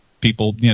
people –